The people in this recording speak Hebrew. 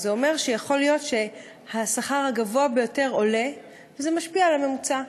זה אומר שיכול להיות שהשכר הגבוה ביותר עולה וזה משפיע על הממוצע.